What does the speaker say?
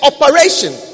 operation